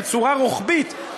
בצורה רוחבית,